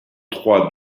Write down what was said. trois